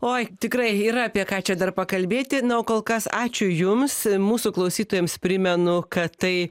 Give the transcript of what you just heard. oi tikrai yra apie ką čia dar pakalbėti kol kas ačiū jums mūsų klausytojams primenu kad tai